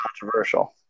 controversial